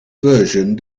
version